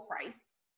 price